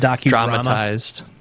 dramatized